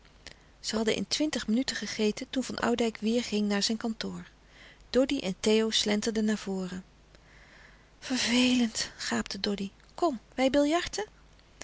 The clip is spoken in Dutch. zij hadden in twintig minuten gegeten toen van oudijck weêr ging naar zijn kantoor doddy en theo slenterden naar voren vervelend gaapte doddy kom